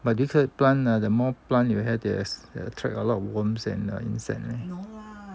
but 那个 plant uh the more plant you have they attract a lot of worms and insects leh